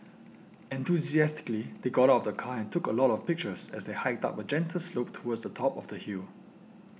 enthusiastically they got of the car took a lot of pictures as they hiked up a gentle slope towards the top of the hill